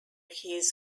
his